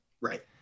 Right